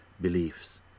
beliefs